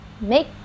make